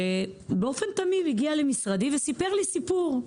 שבאופן תמים הגיע למשרדי וסיפר לי סיפור,